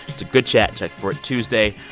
it's a good chat. check for it, tuesday.